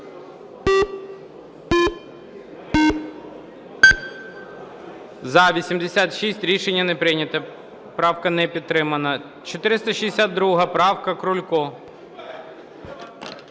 За-86 Рішення не прийнято. Правка не підтримана. 462 правка, Крулько.